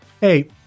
Hey